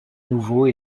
nouveau